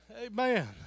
Amen